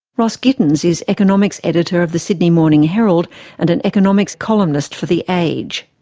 ross gittins is economics editor of the sydney morning herald and an economics columnist for the age.